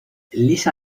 lisa